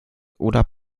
oder